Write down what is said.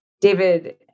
David